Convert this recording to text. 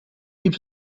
keep